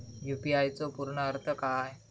UPI चो पूर्ण अर्थ काय?